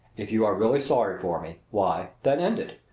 if you are really sorry for me why, then, end it!